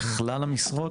בכלל המשרות